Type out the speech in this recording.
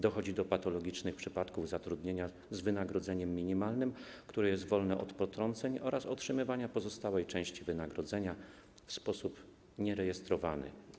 Dochodzi do patologicznych przypadków zatrudnienia z wynagrodzeniem minimalnym, które jest wolne od potrąceń, oraz otrzymywania pozostałej części wynagrodzenia w sposób nierejestrowany.